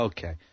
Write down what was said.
Okay